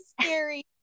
scary